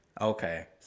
Okay